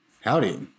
Howdy